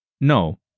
No